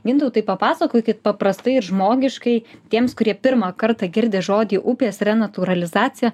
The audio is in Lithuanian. gintautai papasakokit paprastai ir žmogiškai tiems kurie pirmą kartą girdi žodį upės renatūralizacija